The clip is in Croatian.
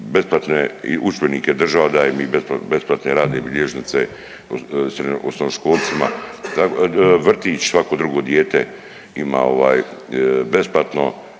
besplatne i udžbenike, država daje i besplatne radne bilježnice osnovnoškolcima, vrtić svako drugo dijete ima ovaj besplatno,